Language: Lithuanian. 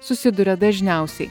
susiduria dažniausiai